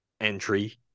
entry